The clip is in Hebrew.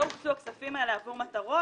לא הוקצו הכספים האלה למען מטרות,